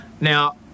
Now